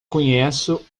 conheço